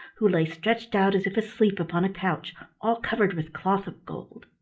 who lay stretched out as if asleep upon a couch all covered with cloth of gold.